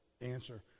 answer